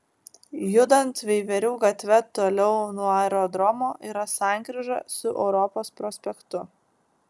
judant veiverių gatve toliau nuo aerodromo yra sankryža su europos prospektu